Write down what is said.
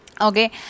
okay